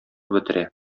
бетерә